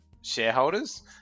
shareholders